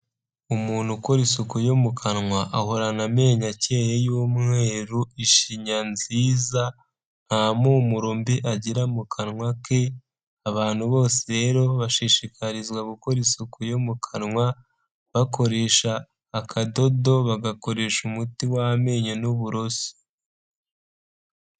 Umuntu ukora isuku yo mu kanwa ahorana amenyo akeye y'umweru, ishinya nziza, nta mpumuro mbi agira mu kanwa ke, abantu bose rero bashishikarizwa gukora isuku yo mu kanwa bakoresha akadodo, bagakoresha umuti w'amenyo n'uburozi.